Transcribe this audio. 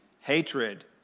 hatred